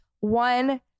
One